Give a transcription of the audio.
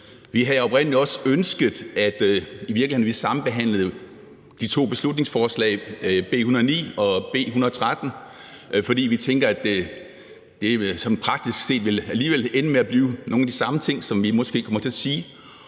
oprindelig også ønsket, at vi havde sambehandlet de to beslutningsforslag, B 109 og B 113, fordi vi tænker, at det vel sådan praktisk set alligevel ville ende med at blive nogle af de samme ting, som vi måske kommer til at sige,